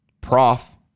prof